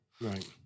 Right